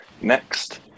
next